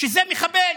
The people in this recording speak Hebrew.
שזה מחבל.